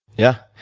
yeah,